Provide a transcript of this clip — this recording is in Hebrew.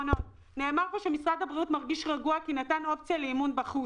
נאמר פה שמשרד הבריאות מרגיש רגוע כי הוא נתן אופציה לאימון בחוץ.